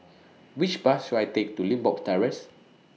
Which Bus should I Take to Limbok Terrace